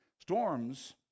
Storms